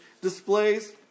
displays